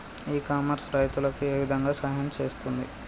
ఇ commerce రైతులకు ఏ విధంగా సహాయం చేస్తుంది?